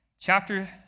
chapter